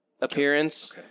appearance